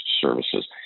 services